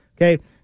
Okay